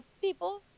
People